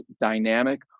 dynamic